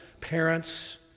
parents